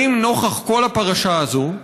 האם נוכח כל הפרשה הזאת,